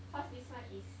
cause this one is